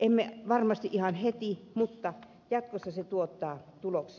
emme varmasti ihan heti mutta jatkossa se tuottaa tuloksia